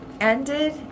ended